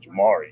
Jamari